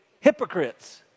hypocrites